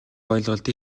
ойлголт